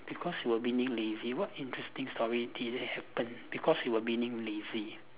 because you were being lazy what interesting story did it happen because you were being lazy